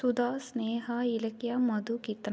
Sudha Sneha Ilakkiya Madhu Keerthana